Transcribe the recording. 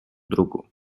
другу